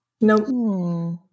Nope